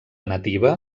nativa